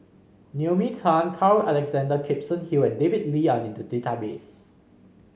Naomi Tan Carl Alexander Gibson Hill and David Lee are in the database